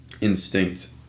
instinct